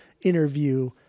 interview